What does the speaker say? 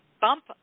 bump